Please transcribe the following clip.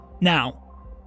Now